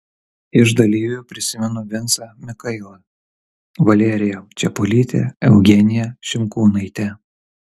iš dalyvių prisimenu vincą mikailą valeriją čepulytę eugeniją šimkūnaitę